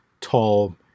tall